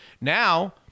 Now